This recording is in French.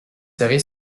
série